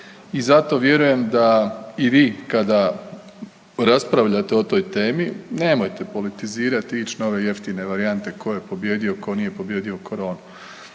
I zato vjerujem da i vi kada raspravljate o toj temi nemojte politizirati i ići na ove jeftine varijante tko je pobijedio, tko nije pobijedio koronu